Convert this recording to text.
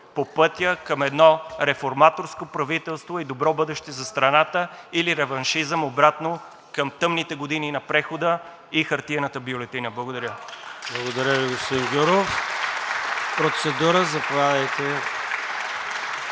по пътя към едно реформаторско правителство и добро бъдеще за страната или реваншизъм обратно към тъмните години на прехода и хартиената бюлетина. Благодаря. (Ръкопляскания от „Продължаваме